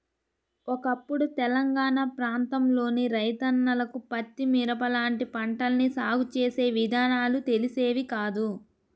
ఒకప్పుడు తెలంగాణా ప్రాంతంలోని రైతన్నలకు పత్తి, మిరప లాంటి పంటల్ని సాగు చేసే విధానాలు తెలిసేవి కాదు